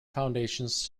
foundations